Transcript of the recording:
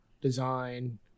design